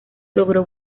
logró